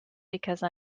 because